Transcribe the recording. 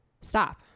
stop